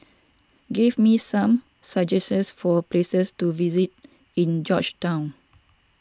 give me some suggestions for places to visit in Georgetown